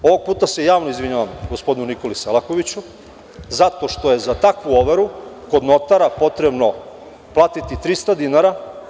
Ovog puta se javno izvinjavam gospodinu Nikoli Selakoviću zato što je za takvu overu kod notara potrebno platiti 300 dinara.